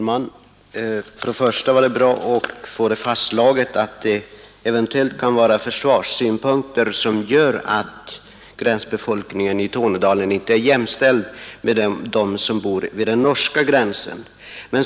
Herr talman! Det var bra att få fastslaget att det kan vara försvarssynpunkter som gör att gränsbefolkningen i Tornedalen inte är jämställd med gränsbefolkningen vid den norska gränsen.